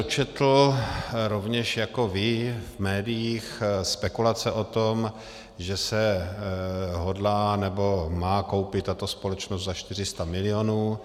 Dočetl jsem se, rovněž jako vy v médiích, spekulace o tom, že se hodlá, nebo má koupit tato společnost za 400 milionů.